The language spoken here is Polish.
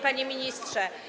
Panie Ministrze!